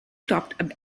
stopped